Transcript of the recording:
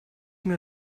mir